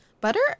Butter